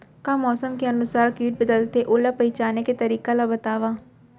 का मौसम के अनुसार किट बदलथे, ओला पहिचाने के तरीका ला बतावव?